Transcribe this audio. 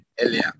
earlier